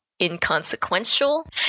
inconsequential